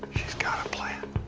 got a plan.